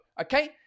okay